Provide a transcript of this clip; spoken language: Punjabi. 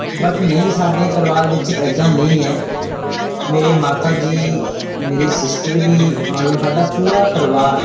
ਬਟ ਨਹੀਂ ਸਾਡੇ ਪਰਿਵਾਰ ਵਿੱਚ ਇੱਦਾਂ ਨਹੀਂ ਹੈ ਮੇਰੀ ਮਾਤਾ ਜੀ ਮੇਰੀ ਸਿਸਟਰ ਵੀ ਮੰਨ ਲਓ ਸਾਡਾ ਪੂਰਾ ਪਰਿਵਾਰ